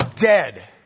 dead